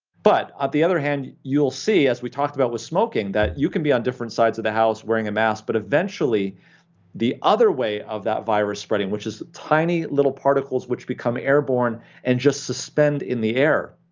but on the other hand, you'll see as we talked about with smoking that you can be on different sides of the house wearing a mask, but eventually eventually the other way of that virus spreading which is tiny little particles which become airborne and just suspend in the air.